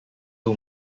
too